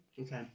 Okay